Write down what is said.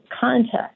context